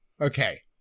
okay